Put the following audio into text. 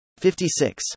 56